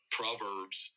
proverbs